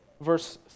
verse